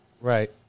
Right